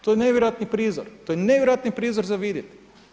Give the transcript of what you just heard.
To je nevjerojatni prizor, to je nevjerojatni prizor za vidjeti.